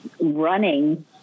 running